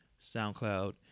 SoundCloud